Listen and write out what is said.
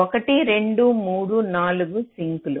1 2 3 4 సింక్లు